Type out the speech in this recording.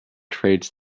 traits